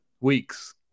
weeks